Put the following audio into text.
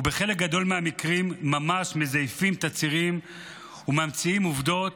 ובחלק גדול מהמקרים ממש מזייפים תצהירים וממציאים עובדות,